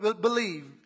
believe